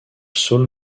saul